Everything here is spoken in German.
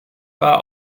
war